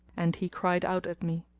and he cried out at me.